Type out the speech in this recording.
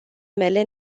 mele